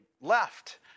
left